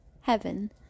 heaven